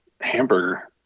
hamburger